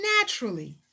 naturally